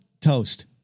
toast